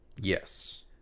Yes